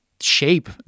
shape